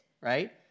right